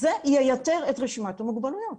זה ייתר את רשימת המוגבלויות.